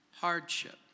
hardship